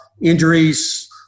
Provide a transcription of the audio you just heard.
Injuries